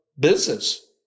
business